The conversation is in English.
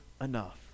enough